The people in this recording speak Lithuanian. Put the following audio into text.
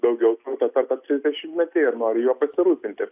daugiau turto per tą trisdešimtmetį ir nori juo pasirūpinti